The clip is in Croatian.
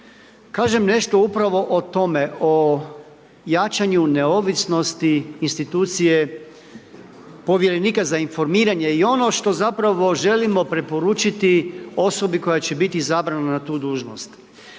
kažem nešto upravo o tome o jačanju neovisnosti institucije povjerenika za informiranje i ono što zapravo želimo preporučiti osobi koja će biti izabrana na tu dužnost.